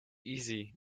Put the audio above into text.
easy